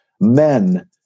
men